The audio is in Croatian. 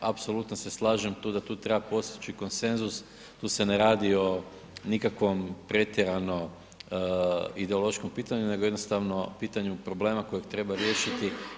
Apsolutno se slažem tu da tu treba postići konsenzus, tu se ne radi o nikakvom pretjeranom ideološkom pitanju nego jednostavno pitanju problema kojeg treba riješiti.